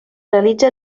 realitza